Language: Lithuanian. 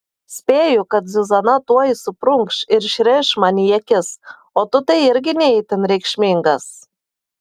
spėju kad zuzana tuoj suprunkš ir išrėš man į akis o tu tai irgi ne itin reikšmingas